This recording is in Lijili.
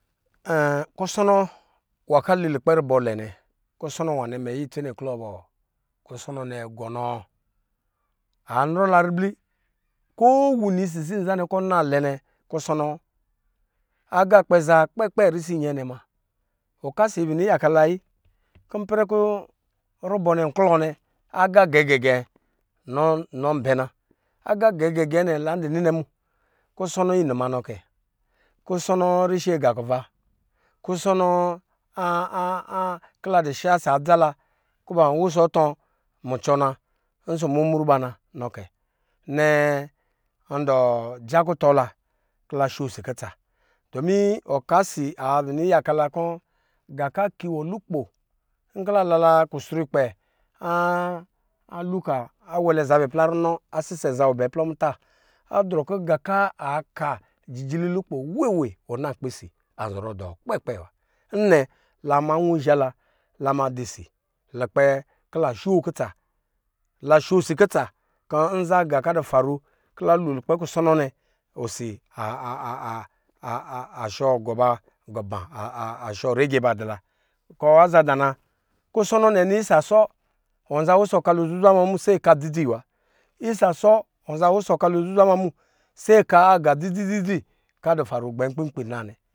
kusɔnɔ nwa kɔ ali lukpɛ rubɔ lɛ nɛ kusɔnɔ nwanɛ mɛ yiya itse ne klɔ bɔ, kusɔnɔ nɛ gɔnɔ anrɔ la ribli kowini isisi kɔ ɔnna lɛnɛ kusɔnɔ was aga kpɛ zaa kpɛ kpɛ risi inyɛɛ nɛ muna. ɔkasi abi ni yaka la ayi kɔ ipɛrɛ kɔ rubɔ nɛn klɔ nɛ aga gɛɛgɛ gɛ nɔn bɛ na aga gɛɛgɛ gɛ nɛ nɔn bɛ nɛ mu kusɔ nɔ inuwa nɔ kɛ kusɔnɔ rishi aga kun kusɔnɔ kɔla dɔ sha ɔsɔ adza la kɔ banza wusɔ atɔ mucɔ na ɔsɔ mmumru ba nɔ kɛ, nɛɛ ndɔ ja kutɔ la kɔ la shoshi kutsa domi ɔka si abini yaka la kɔ nga kɔ akiwɔ lukpo nkɔ la na la kusrukpɛ a luka awɛlɛ zabɛ plɔ runɔ asisɛ zabɛ abɛɛ plɔ muta adrɔ kɔ nga kɔ aka jiji li lukpo weewe osi anzɔ rɔ dɔ kpɛ kpɛ wa nnɛ la ma nwɔ iza la la ma dɔ osi kɔ la shoo kutsa kɔ nzanga kɔ advfaro kɔ la lo lukpɛ kusɔnɔ nɛ ashɔ gɔ ba gɔɔ ba ashɔ rege ba dula nzaaa daa na kusɔ nɔ nɛ ni isa sɔ ɔnza wusɔ ɔka lo zuzwa ma mu se ɔka dzi dzi wa isa sɔ ɔnza wusɔ ka lo zuzw a ma se ɔka aga dzidzi dzidzi kɔ adɔ far gbɛn kpi naa nɛ.